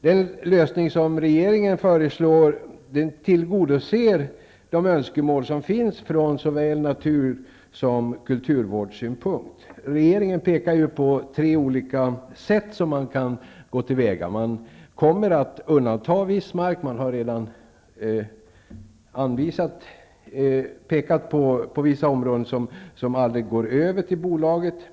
Den lösning som regeringen föreslår tillgodoser de önskemål som finns från såväl naturvårds som kulturvårdsintressenas sida. Regeringen pekar ju på tre olika sätt att gå till väga. Man kommer att undanta viss mark. Man har redan anvisat vissa områden som aldrig går över till bolaget.